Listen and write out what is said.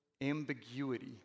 Ambiguity